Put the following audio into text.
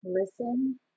listen